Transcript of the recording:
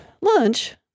lunch